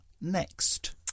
Next